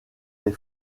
les